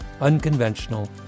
unconventional